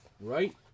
Right